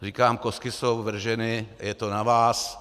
Říkám, kostky jsou vrženy, je to na vás.